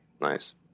Nice